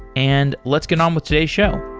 and let's get on with today's show.